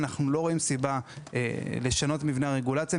אנחנו לא רואים סיבה לשנות את מבנה הרגולציה,